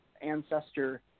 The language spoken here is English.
ancestor